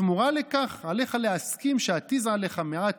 בתמורה לכך עליך להסכים שאתיז עליך מעט